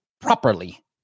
properly